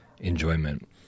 enjoyment